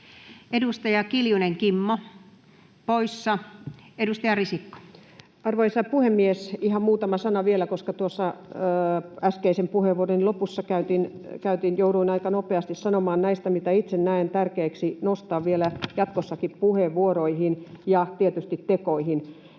vuosille 2021-2032 Time: 12:19 Content: Arvoisa puhemies! Ihan muutama sana vielä, koska tuossa äskeisen puheenvuoron lopussa jouduin aika nopeasti sanomaan näistä, mitä itse näen tärkeiksi nostaa vielä jatkossakin puheenvuoroihin ja tietysti tekoihin.